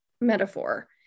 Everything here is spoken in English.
metaphor